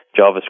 JavaScript